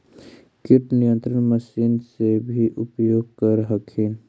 किट नियन्त्रण मशिन से भी उपयोग कर हखिन?